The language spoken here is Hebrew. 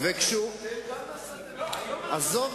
וזכויותיה גדולות ביותר, תמיד